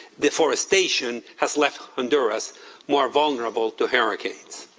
deforestation has left honduras more vulnerable to hurricanes.